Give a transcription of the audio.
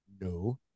no